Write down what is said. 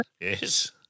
Yes